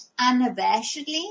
unabashedly